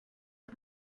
are